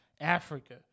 Africa